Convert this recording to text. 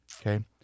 Okay